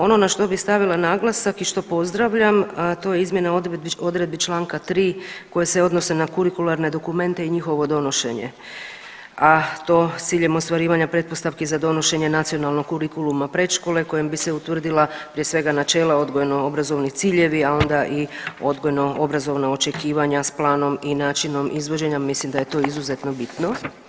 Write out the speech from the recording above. Ono na što bi stavila naglasak i što pozdravljam, to je izmjena odredbi čl. 3. koje se odnose na kurikularne dokumente i njihovo donošenje, a to s ciljem ostvarivanja pretpostavki za donošenje nacionalnog kurikuluma predškole kojim bi se utvrdila prije svega načela odgojno obrazovni ciljevi, a onda i odgojno obrazovana očekivanja s planom i načinom izvođenja, mislim da je to izuzetno bitno.